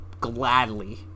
gladly